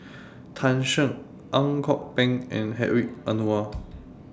Tan Shen Ang Kok Peng and Hedwig Anuar